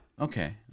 Okay